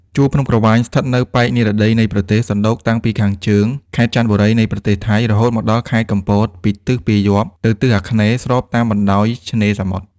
ជួរភ្នំក្រវាញ ស្ថិតនៅប៉ែកនិរតីនៃប្រទេស សណ្ដូកតាំងពីខាងជើងខេត្តចន្ទបុរីនៃប្រទេសថៃ រហូតមកដល់ខេត្តកំពត គឺពីទិសពាយ័ព្យ ទៅទិសអាគ្នេយ៍ ស្របតាមបណ្តោយឆ្នេរសមុទ្រ ។